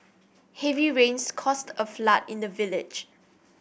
heavy rains caused a flood in the village